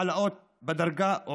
העלאות בדרגה,